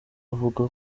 avuga